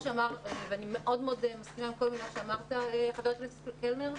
אני מסכימה עם כל מילה שאמרת, חבר הכנסת קלנר.